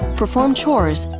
perform chores,